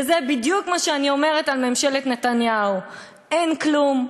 וזה בדיוק מה שאני אומרת על ממשלת נתניהו: אין כלום,